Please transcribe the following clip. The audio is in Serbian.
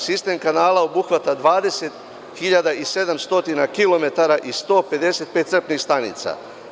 Sistem kanala obuhvata 20 hiljada i 700 kilometara i 155 crpnih stanica.